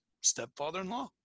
stepfather-in-law